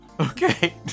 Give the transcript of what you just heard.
Okay